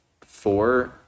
four